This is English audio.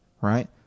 right